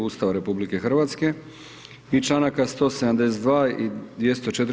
Ustava RH i članaka 172. i 204.